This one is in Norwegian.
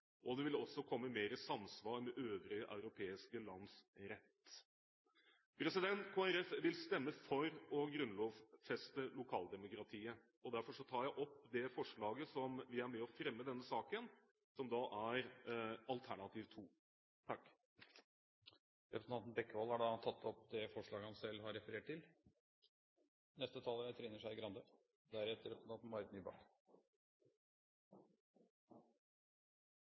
og det vil også komme mer i samsvar med øvrige europeiske lands rett. Kristelig Folkeparti vil stemme for å grunnlovfeste lokaldemokratiet. Derfor tar jeg opp det forslaget som vi er med på å fremme i denne saken, som er alternativ 2. Representanten Geir Jørgen Bekkevold har tatt opp det forslaget han refererte til. Lokaldemokratiet eller vårt lokale folkestyre er